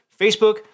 Facebook